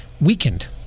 weakened